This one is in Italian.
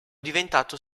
diventato